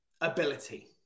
ability